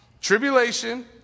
tribulation